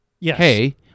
Hey